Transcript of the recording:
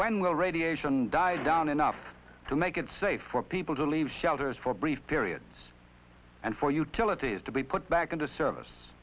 when will radiation die down enough to make it safe for people to leave shelters for brief periods and for utilities to be put back into service